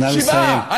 שבעה?